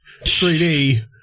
3D